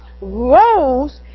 rose